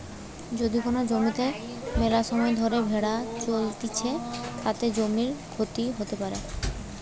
যদি কোন জমিতে মেলাসময় ধরে ভেড়া চরতিছে, তাতে জমির ক্ষতি হতে পারে